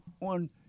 on